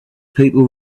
people